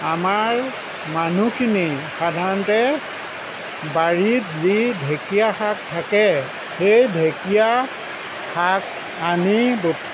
আমাৰ মানুহখিনি সাধাৰণতে বাৰীত যি ঢেকীয়া শাক থাকে সেই ঢেকীয়া শাক আনি